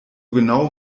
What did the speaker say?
genau